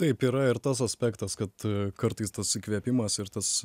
taip yra ir tas aspektas kad kartais tas įkvėpimas ir tas